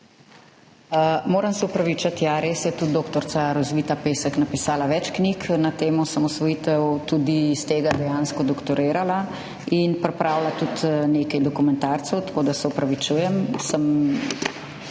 Moram se opravičiti. Ja, res je tudi dr. Rosvita Pesek napisala več knjig na temo osamosvojitve, tudi iz tega dejansko doktorirala in pripravila tudi nekaj dokumentarcev. Tako da se opravičujem,